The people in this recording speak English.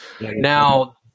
Now